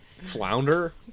flounder